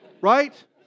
Right